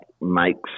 makes